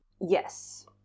Yes